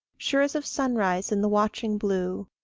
sure as of sunrise in the watching blue,